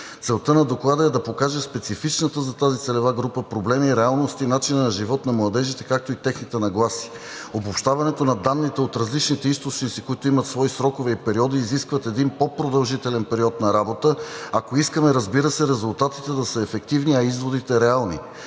Целта на Доклада е да покаже специфичните за тази целева група проблеми, реалности, начин на живот на младежите, както и техните нагласи. Обобщаването на данните от различните източници, които имат свои срокове и периоди, изискват един по-продължителен период на работа, ако искаме, разбира се, резултатите да са ефективни, а изводите – реални.